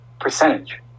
percentage